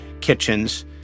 kitchens